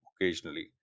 occasionally